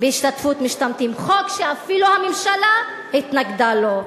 בהשתתפות משתמטים, חוק שאפילו הממשלה התנגדה לו.